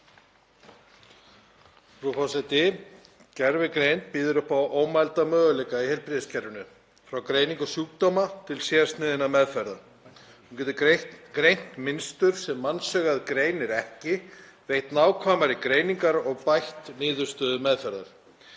Frú forseti. Gervigreind býður upp á ómælda möguleika í heilbrigðiskerfinu, frá greiningu sjúkdóma til sérsniðinna meðferða. Hún getur greint mynstur sem mannsaugað greinir ekki, gert nákvæmari greiningar og bætt niðurstöðu meðferðar.